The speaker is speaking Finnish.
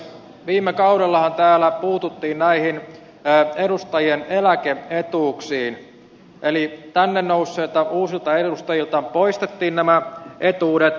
viime kaudellahan täällä puututtiin edustajien eläke etuuksiin eli tänne nousseilta uusilta edustajilta poistettiin nämä etuudet ja hyvä niin